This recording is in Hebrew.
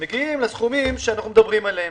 מגיעים לסכומים שאנחנו מדברים עליהם,